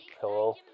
Hello